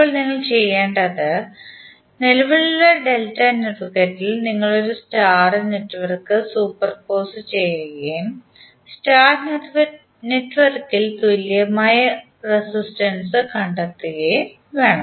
ഇപ്പോൾ നിങ്ങൾ ചെയ്യേണ്ടത് നിലവിലുള്ള ഡെൽറ്റ നെറ്റ്വർക്കിൽ നിങ്ങൾ ഒരു സ്റ്റാർ നെറ്റ്വർക്ക് സൂപ്പർപോസ് ചെയ്യുകയും സ്റ്റാർ നെറ്റ്വർക്കിൽ തുല്യമായ റെസിസ്റ്റൻസ് കണ്ടെത്തുകയും വേണം